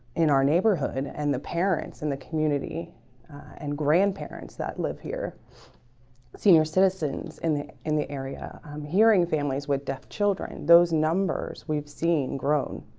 in our neighborhood and the parents in the community and grandparents that live here senior citizens in the in the area um hearing families with deaf children those numbers. we've seen grown